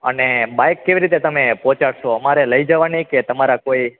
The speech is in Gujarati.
અને બાઈક કેવી રીતે તમે પહોંચાડશો અમારે લઈ જવાની કે તમારા કોઈ